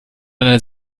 einer